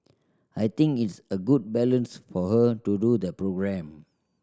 I think it's a good balance for her to do the programme